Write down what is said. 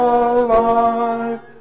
alive